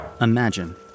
Imagine